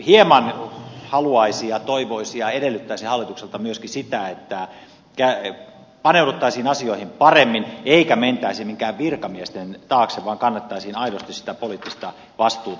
hieman haluaisi ja toivoisi ja edellyttäisi hallitukselta myöskin sitä että paneuduttaisiin asioihin paremmin eikä mentäisi keidenkään virkamiesten taakse vaan kannettaisiin aidosti sitä poliittista vastuuta